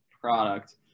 product